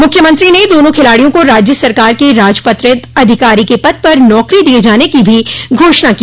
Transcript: मुख्यमंत्री ने दोनों खिलाड़ियों को राज्य सरकार के राजपत्रित अधिकारी के पद पर नौकरी दिये जाने की भी घोषणा की